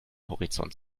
horizont